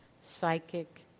psychic